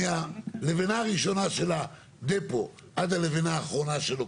מהלבנה הראשונה של הדפו עד הלבנה האחרונה שלו,